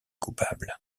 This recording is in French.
coupables